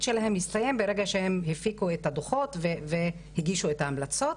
שלהם הסתיים ברגע שהם הפיקו את הדוחות והגישו את ההמלצות.